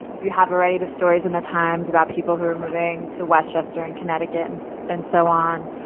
you have already the stories in the times about people who are moving to westchester and connecticut and and so on.